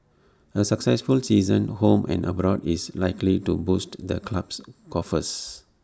A successful season home and abroad is likely to boost the club's coffers